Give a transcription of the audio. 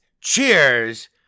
cheers